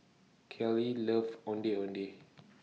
Carley loves Ondeh Ondeh